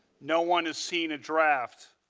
no one has seen a draft.